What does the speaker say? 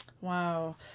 Wow